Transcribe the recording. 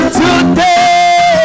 today